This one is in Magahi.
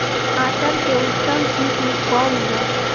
टमाटर के उतम किस्म कौन है?